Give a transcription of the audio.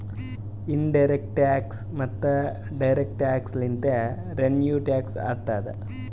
in direct tax ಮತ್ತ direct tax ಲಿಂತೆ revenue tax ಆತ್ತುದ್